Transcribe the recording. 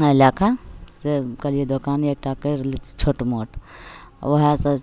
एहि लैके से कहलिए दोकाने एकटा करि लै छी छोटमोट वएहसे